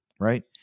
right